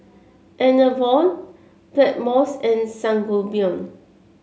Enervon Blackmores and Sangobion